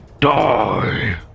Die